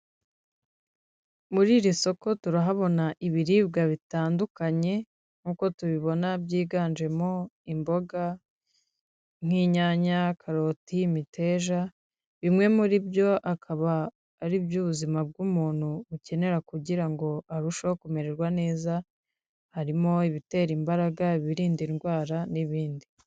Muri iri soko turahabona ibiribwa bitandukanye nk'uko tubibona byiganjemo imboga nk'inyanya, karoti, imiteja, bimwe muri byo akaba ari ibyo ubuzima bw'umuntu bukenera kugira ngo arusheho kumererwa neza, harimo ibitera imbaraga birinda indwara n'ibindi.